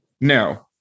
no